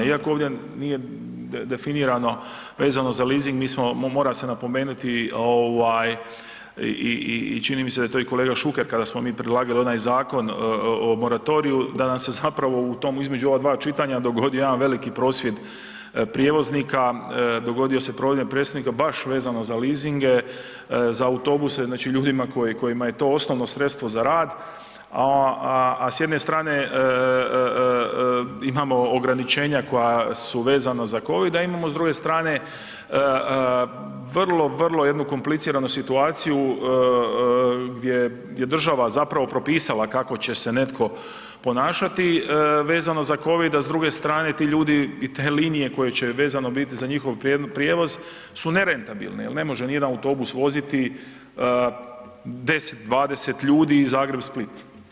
Iako ovdje nije definirano vezano za leasing, mora se napomenuti i čini mi se da je to i kolega Šuker, kada smo mi predlagali onaj zakon o moratoriju, da nam se zapravo to između ova dva čitanja dogodio jedan veliki prosvjed prijevoznika, dogodio se ... baš vezano za leasinge, za autobuse znači ljudima kojima je to osnovno sredstvo za rad, a s jedne strane imamo ograničenja koja su vezana za COVID, a imamo s druge strane vrlo, vrlo jednu kompliciranu situaciju gdje država zapravo propisala kako će se netko ponašati vezano za COVID, a s druge strane ti ljudi i te linije koje će vezano biti za njihov prijevoz su nerentabilni jer ne može nijedan autobus voziti 10, 20 ljudi iz Zagreb-Split.